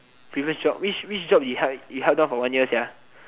previous job which which job you held down for one year sia